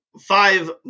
five